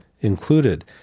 included